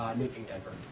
nuking denver.